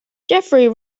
jeffery